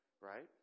right